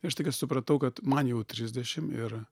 aš staiga supratau kad man jau trisdešim ir